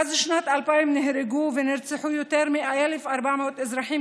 מאז שנת 2000 נהרגו ונרצחו יותר מ-1,400 אזרחים